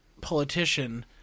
politician